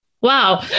Wow